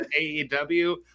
AEW